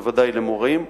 בוודאי למורים.